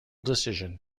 decision